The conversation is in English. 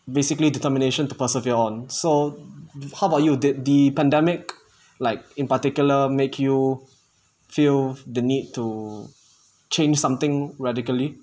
basically determination to persevere on so how about you did the pandemic like in particular make you feel the need to change something radically